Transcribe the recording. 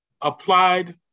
applied